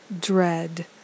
dread